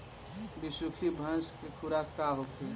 बिसुखी भैंस के खुराक का होखे?